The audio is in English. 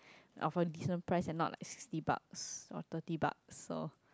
of a decent price and not like sixty bucks or thirty bucks or